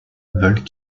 veulent